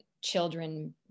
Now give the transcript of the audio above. children